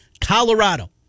Colorado